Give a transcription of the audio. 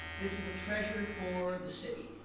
this is a treasure for the city.